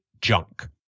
Junk